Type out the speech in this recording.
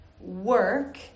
work